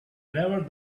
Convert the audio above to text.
never